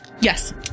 Yes